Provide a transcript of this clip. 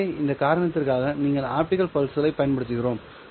எனவே இந்த காரணத்திற்காக நாங்கள் ஆப்டிகல் பல்ஸ்களை பயன்படுத்துகிறோம்